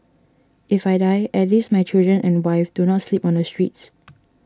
if I die at least my children and wife do not sleep on the streets